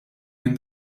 minn